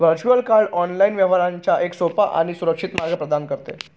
virtual card online व्यवहारांचा एक सोपा आणि सुरक्षित मार्ग प्रदान करते